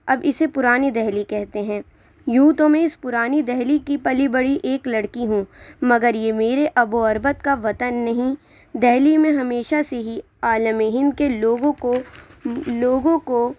اب اِسے پُرانی دہلی کہتے ہیں یوں تو میں اِس پُرانی دہلی کی پلی بڑھی ایک لڑکی ہوں مگر یہ میرے ابو عربت کا وطن نہیں دہلی میں ہمیشہ سے ہی عالمے ہند کے لوگوں کو لوگوں کو